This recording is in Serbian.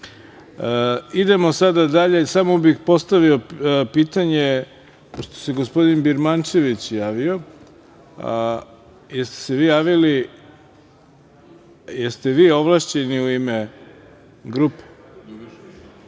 sada dalje. Samo bih postavio pitanje, pošto se gospodin Birmančević javio, jeste li vi ovlašćeni u ime grupe